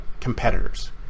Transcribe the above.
competitors